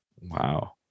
Wow